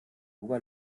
yoga